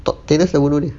thanos dah bunuh dia